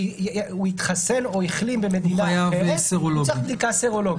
שהוא התחסן או החלים במדינה אחרת הוא צריך בדיקה סרולוגית.